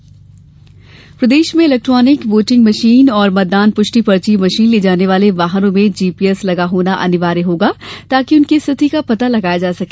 EVM प्रदेश में electronic voting machine और मतदान पुष्टि पर्ची मशीन ले जाने वाले वाहनों में जीपीएस लगा होना अनिवार्य होगा ताकि उनकी स्थिति का पता लगाया जा सके